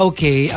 Okay